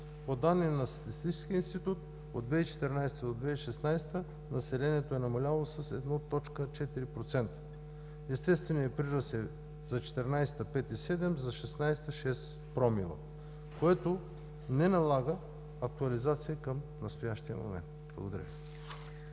По данни на Статистическия институт от 2014 г. до 2016 г. населението е намаляло с 1,4%. Естественият прираст за 2014 г. е 5,7, за 2016 г. – 6 промила, което не налага актуализация към настоящия момент. Благодаря